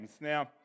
Now